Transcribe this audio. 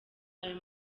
ayo